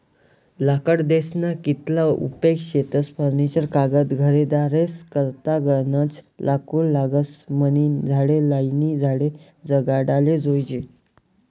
लाकडेस्ना कितला उपेग शेतस फर्निचर कागद घरेदारेस करता गनज लाकूड लागस म्हनीन झाडे लायीन झाडे जगाडाले जोयजे